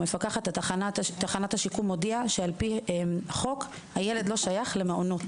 מפקחת תחנת השיקום הודיעה שעל פי חוק הילד לא שייך למעונות